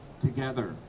together